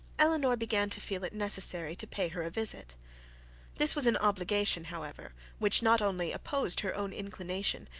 elinor began to feel it necessary to pay her a visit this was an obligation, however, which not only opposed her own inclination,